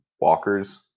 walkers